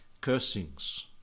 cursings